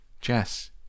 Jess